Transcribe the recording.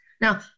Now